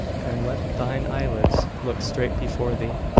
and let thine eyelids look straight before thee.